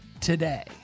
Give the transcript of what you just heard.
today